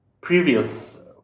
previous